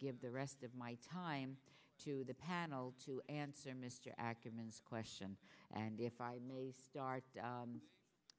give the rest of my time to the panel to answer mr ackerman question and if i may start